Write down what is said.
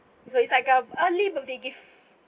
so it's like a early birthday gift